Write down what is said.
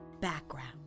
background